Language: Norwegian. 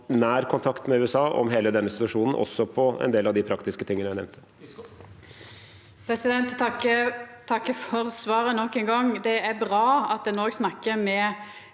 nær kontakt med USA om hele denne situasjonen, også i en del av de praktiske tingene jeg nevnte.